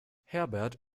herbert